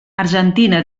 argentina